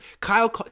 Kyle